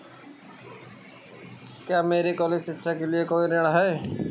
क्या मेरे कॉलेज शिक्षा के लिए कोई ऋण है?